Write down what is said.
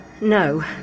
No